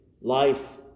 life